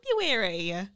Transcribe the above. February